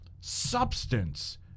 substance